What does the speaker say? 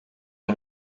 and